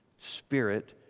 spirit